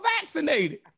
vaccinated